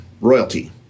royalty-